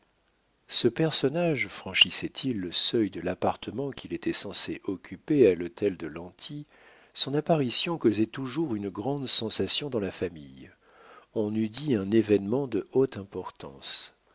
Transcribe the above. ce personnage franchissait il le seuil de l'appartement qu'il était censé occuper à l'hôtel de lanty son apparition causait toujours une grande sensation dans la famille on eût dit un événement de haute importance